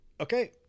Okay